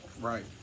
Right